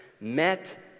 met